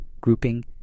grouping